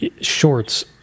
shorts